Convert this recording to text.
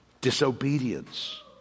disobedience